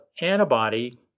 antibody